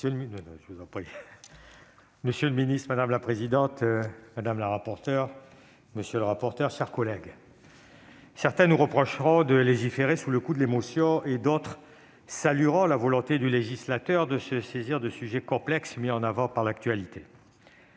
M. Guy Benarroche. Madame la présidente, monsieur le garde des sceaux, mes chers collègues, certains nous reprocheront de légiférer sous le coup de l'émotion et d'autres salueront la volonté du législateur de se saisir de sujets complexes mis en avant par l'actualité.